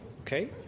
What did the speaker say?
Okay